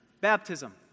baptism